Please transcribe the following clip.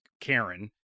karen